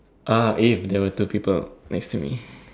uh if there were two people next to me